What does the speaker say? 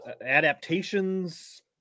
adaptations